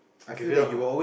you give it up lah